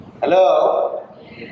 Hello